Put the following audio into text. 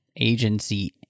agency